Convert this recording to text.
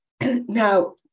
now